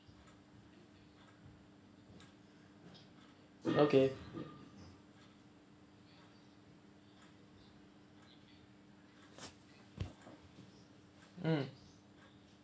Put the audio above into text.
okay mm